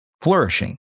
flourishing